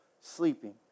sleeping